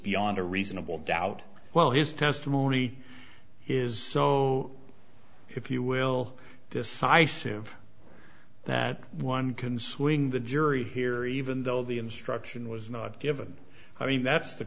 beyond a reasonable doubt well his testimony is so if you will decisive that one can swing the jury here even though the instruction was not given i mean that's the